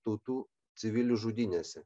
tautų civilių žudynėse